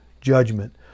judgment